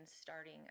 starting